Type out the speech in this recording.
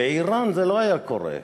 באיראן זה לא היה קורה.